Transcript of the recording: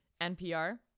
NPR